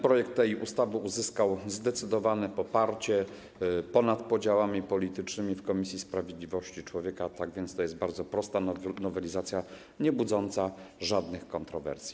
Projekt tej ustawy uzyskał zdecydowane poparcie ponad podziałami politycznymi w Komisji Sprawiedliwości i Praw Człowieka, tak więc to jest bardzo prosta nowelizacja, niebudząca żadnych kontrowersji.